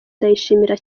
ndayishimira